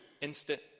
instant